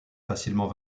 facilement